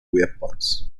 weapons